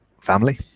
family